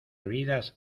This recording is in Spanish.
vidas